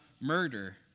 murder